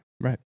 Right